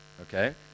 Okay